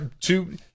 Two